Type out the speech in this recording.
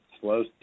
slow